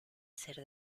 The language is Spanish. ser